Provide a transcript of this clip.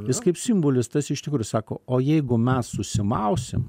jis kaip simbolis tas iš tikrųjų sako o jeigu mes susimausim